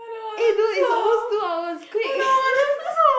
eh dude it's almost two hours quick